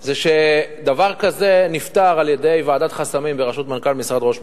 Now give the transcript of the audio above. זה שדבר כזה נפתר על-ידי ועדת חסמים בראשות מנכ"ל משרד ראש הממשלה,